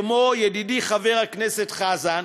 כמו ידידי חבר הכנסת חזן,